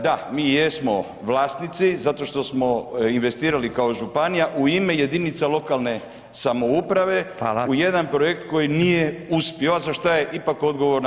Da mi jesmo vlasnici, zato što smo investirali kao županija u ime jedinica lokalne samouprave [[Upadica: Hvala.]] u jedan projekt koji nije uspio, a za šta je ipak odgovorna